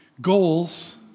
goals